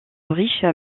riche